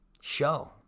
show